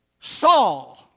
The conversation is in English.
Saul